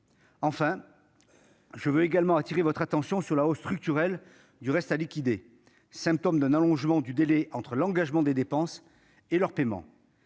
je veux également attirer votre attention sur la hausse structurelle du reste à liquider, symptôme d'un allongement du délai entre l'engagement des dépenses et leur paiement.